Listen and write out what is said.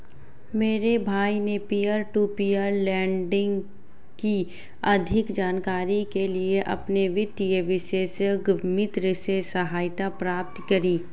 मेरे भाई ने पियर टू पियर लेंडिंग की अधिक जानकारी के लिए अपने वित्तीय विशेषज्ञ मित्र से सहायता प्राप्त करी